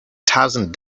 thousand